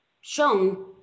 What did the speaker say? shown